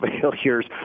failures